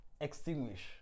Extinguish